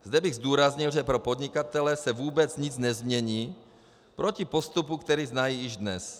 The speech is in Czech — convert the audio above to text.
Zde bych zdůraznil, že pro podnikatele se vůbec nic nezmění proti postupu, který znají již dnes.